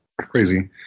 crazy